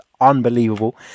unbelievable